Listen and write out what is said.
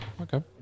okay